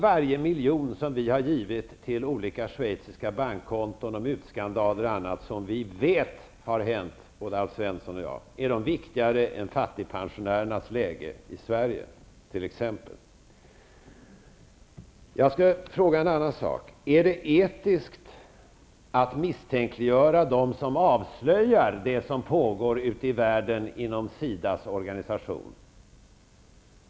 Varje miljon som vi har gett till olika schweiziska bankkonton och mutskandaler och annat som både Alf Svensson och jag vet har hänt -- är de viktigare än fattigpensionärernas läge i Sverige t.ex.? Jag skulle vilja fråga en annan sak. Är det etiskt att misstänkliggöra dem som avslöjar det som pågår ute i världen inom SIDA:s organisation?